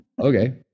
Okay